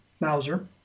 Mauser